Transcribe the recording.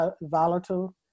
volatile